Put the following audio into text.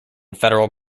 federal